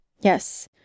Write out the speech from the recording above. Yes